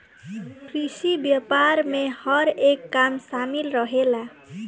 कृषि व्यापार में हर एक काम शामिल रहेला